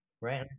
right